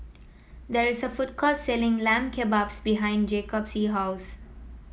there is a food court selling Lamb Kebabs behind Jacoby's house